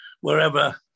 wherever